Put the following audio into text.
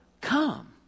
come